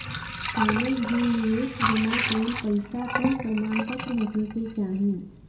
कवनो भी निवेश जमा कईल पईसा कअ प्रमाणपत्र होखे के चाही